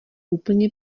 úplně